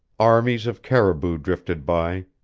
armies of caribou drifted by,